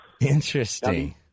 Interesting